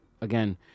again